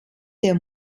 der